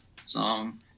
song